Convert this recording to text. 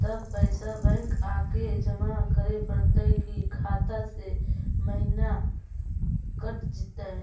तब पैसा बैक आके जमा करे पड़तै कि खाता से महिना कट जितै?